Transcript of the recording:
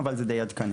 אבל זה די עדכני.